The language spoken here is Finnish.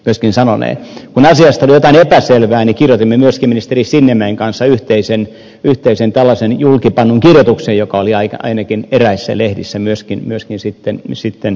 kun asiasta oli jotain epäselvää niin kirjoitimme myöskin ministeri sinnemäen kanssa yhteisen julkipannun kirjoituksen joka oli ainakin eräissä lehdissä myöskin sitten julkistettu